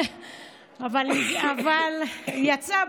אבל יצא,